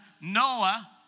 Noah